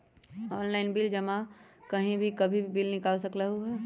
Online bill जमा कहीं भी कभी भी बिल निकाल सकलहु ह?